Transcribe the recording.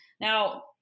Now